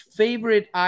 favorite